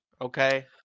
okay